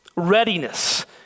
Readiness